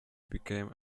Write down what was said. became